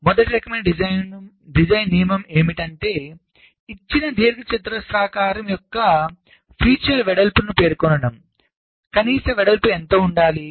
మొదటి రకమైన డిజైన్ నియమం ఏమిటంటే ఇచ్చిన దీర్ఘచతురస్ర ఆకారం యొక్క ఫీచర్ వెడల్పును పేర్కొనడం కాబట్టి కనీస వెడల్పు ఎంత ఉండాలి